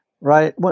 right